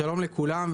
שלום לכולם.